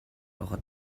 байгаад